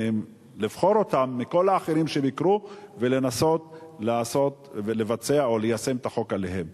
לבחור אותם מכל האחרים שביקרו ולנסות ליישם את החוק עליהם.